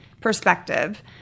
perspective